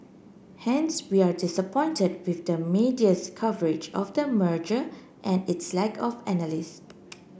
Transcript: hence we are disappointed with the media's coverage of the merger and its lack of analysis